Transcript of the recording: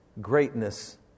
greatness